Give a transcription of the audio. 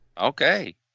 Okay